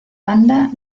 banda